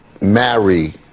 marry